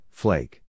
flake